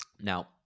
Now